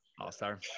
all-star